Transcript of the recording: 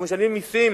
אנחנו משלמים מסים